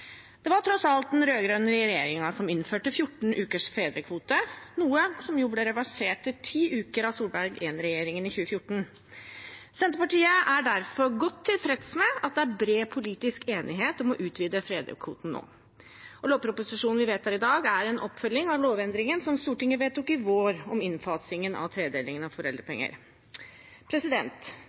Det var tross alt den rød-grønne regjeringen som innførte 14 ukers fedrekvote, noe som jo ble reversert til 10 uker av Solberg I-regjeringen i 2014. Senterpartiet er derfor godt tilfreds med at det er bred politisk enighet om å utvide fedrekvoten nå, og lovproposisjonen vi vedtar i dag, er en oppfølging av lovendringen som Stortinget vedtok i vår, om innfasing av tredeling av foreldrepenger.